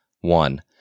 one